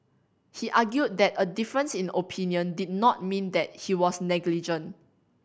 he argued that a difference in opinion did not mean that he was negligent